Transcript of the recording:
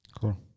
Cool